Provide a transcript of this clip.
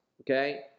okay